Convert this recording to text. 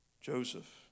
Joseph